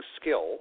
skill